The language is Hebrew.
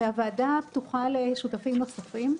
הוועדה פתוחה לשותפים נוספים.